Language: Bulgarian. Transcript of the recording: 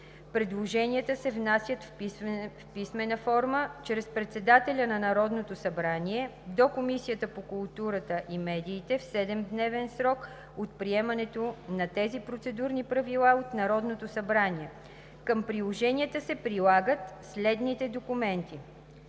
Предложенията се внасят в писмена форма чрез председателя на Народното събрание до Комисията по културата и медиите в 7-дневен срок от приемането на тези процедурни правила от Народното събрание. Към предложенията се прилагат следните документи: